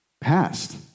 Past